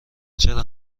چرا